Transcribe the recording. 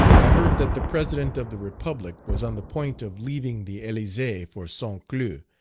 i heard that the president of the republic was on the point of leaving the elysee for st. cloud,